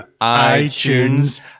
iTunes